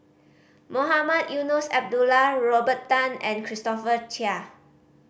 Mohamed Eunos Abdullah Robert Tan and Christopher Chia